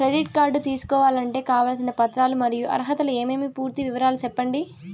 Credit card తీసుకోవాలంటే కావాల్సిన పత్రాలు మరియు అర్హతలు ఏమేమి పూర్తి వివరాలు సెప్పండి?